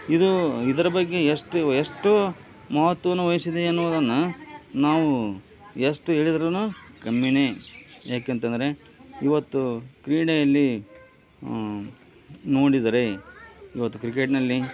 ಇದು ಇದರ ಬಗ್ಗೆ ಎಷ್ಟು ಎಷ್ಟು ಮಹತ್ವವನ್ನ ವಹಿಸಿದೆ ಎನ್ನುವುದನ್ನ ನಾವು ಎಷ್ಟು ಹೇಳಿದ್ರುನೂ ಕಮ್ಮಿನೇ ಯಾಕಂತಂದರೆ ಇವತ್ತು ಕ್ರೀಡೆಯಲ್ಲಿ ನೋಡಿದರೆ ಇವತ್ತು ಕ್ರಿಕೆಟ್ನಲ್ಲಿ